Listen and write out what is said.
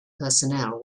personnel